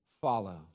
follow